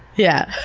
yeah.